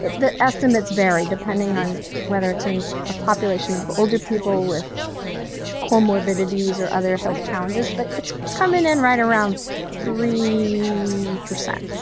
the estimates vary depending on whether it's and a population of older people with comorbidities or other health challenges, but it's coming in right around three percent,